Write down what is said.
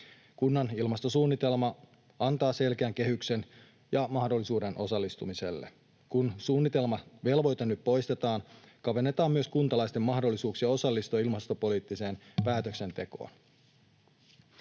Kunnan ilmastosuunnitelma antaa selkeän kehyksen ja mahdollisuuden osallistumiselle. Kun suunnitelmavelvoite nyt poistetaan, kavennetaan myös kuntalaisten mahdollisuuksia osallistua ilmastopoliittiseen päätöksentekoon.